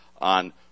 on